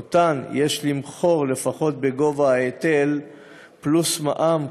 שאותן יש למכור לפחות בגובה ההיטל פלוס מע"מ,